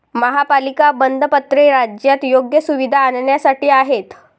महापालिका बंधपत्रे राज्यात योग्य सुविधा आणण्यासाठी आहेत